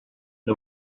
the